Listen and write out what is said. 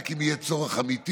רק אם יהיה צורך אמיתי.